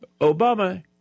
Obama